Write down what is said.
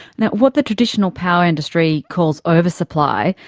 now, what the traditional power industry calls oversupply,